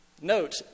Note